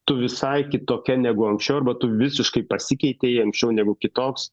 tu visai kitokia negu anksčiau arba tu visiškai pasikeitei anksčiau negu kitoks